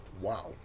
wow